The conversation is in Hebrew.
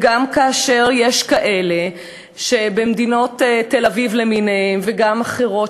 וגם כאשר יש קבוצות כאלה במדינות תל-אביב למיניהן וגם אחרות,